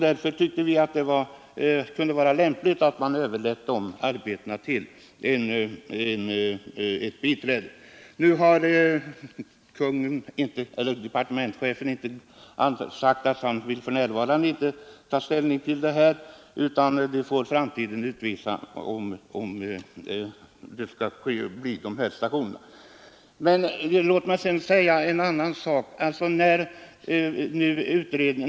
Vi tyckte därför att det kunde vara lämpligt att överlåta dessa arbetsuppgifter till ett biträde. Departementschefen har uttalat att han inte för närvarande vill ta ställning till detta förslag utan att framtiden får utvisa om en sådan åtgärd skall vidtas vid veterinärstationerna. Låt mig i detta sammanhang anföra ytterligare en synpunkt.